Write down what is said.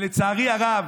לצערי הרב,